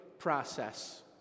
process